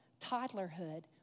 toddlerhood